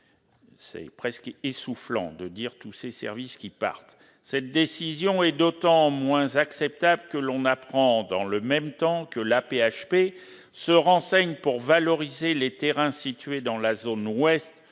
est presque essoufflé à la lecture de liste de tous ces départs programmés ! Cette décision est d'autant moins acceptable que l'on apprend, dans le même temps, que l'AP-HP se renseigne pour valoriser les terrains situés dans la zone ouest